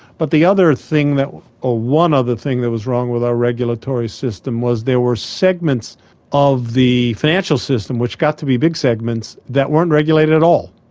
but the other thing or ah one other thing that was wrong with our regulatory system was there were segments of the financial system which got to be big segments that weren't regulated at all.